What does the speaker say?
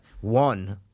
One